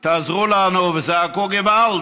תעזרו לנו, וזעקו "גוועלד":